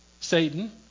Satan